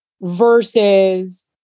versus